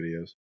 videos